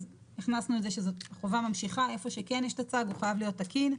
אז הכנסנו את זה שהחובה ממשיכה ואיפה שיש טצ"ג הוא חייב להיות תקין.